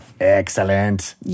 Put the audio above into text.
Excellent